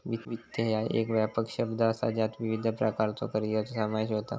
वित्त ह्या एक व्यापक शब्द असा ज्यात विविध प्रकारच्यो करिअरचो समावेश होता